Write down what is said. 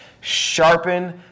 sharpen